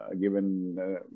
given